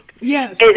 Yes